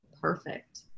perfect